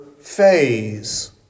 phase